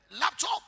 laptop